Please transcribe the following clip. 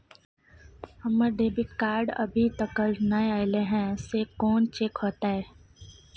हमर debit card अभी तकल नय अयले हैं, से कोन चेक होतै?